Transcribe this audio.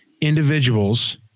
individuals